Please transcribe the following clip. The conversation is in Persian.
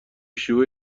شیوع